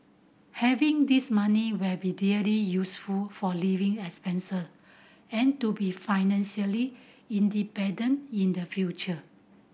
having this money will be really useful for living expense and to be financially independent in the future